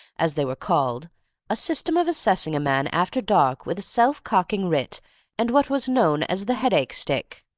as they were called a system of assessing a man after dark with a self-cocking writ and what was known as the headache-stick,